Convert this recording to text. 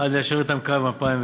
ליישר אתם קו מ-2011.